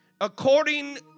According